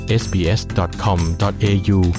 sbs.com.au